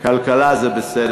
לוועדת הכלכלה.